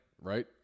right